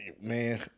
Man